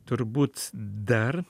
turbūt dar